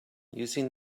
using